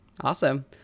Awesome